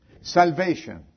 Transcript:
Salvation